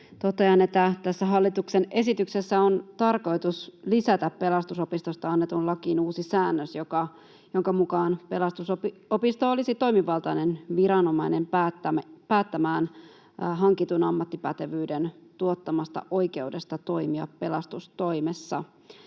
totean, että tässä hallituksen esityksessä on tarkoitus lisätä Pelastusopistosta annettuun lakiin uusi säännös, jonka mukaan Pelastusopisto olisi toimivaltainen viranomainen päättämään hankitun ammattipätevyyden tuottamasta oikeudesta toimia pelastustoimessa